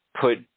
put